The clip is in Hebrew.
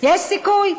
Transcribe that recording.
יש סיכוי.